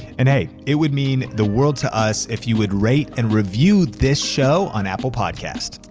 and hey, it would mean the world to us if you would rate and review this show on apple podcasts.